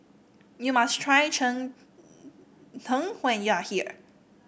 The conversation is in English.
you must try Cheng Tng when you are here